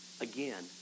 Again